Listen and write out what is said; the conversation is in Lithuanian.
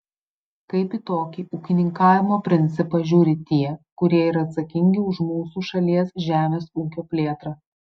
kaip į tokį ūkininkavimo principą žiūri tie kurie yra atsakingi už mūsų šalies žemės ūkio plėtrą